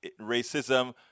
racism